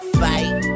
fight